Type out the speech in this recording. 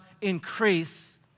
increase